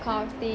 hmm